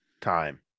time